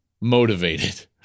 motivated